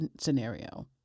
scenario